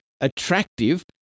attractive